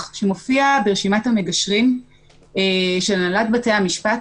שמופיע ברשימת המגשרים של הנהלת בתי המשפט,